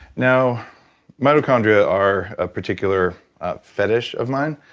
now mitochondria are a particular ah fetish of mine